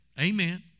Amen